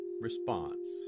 response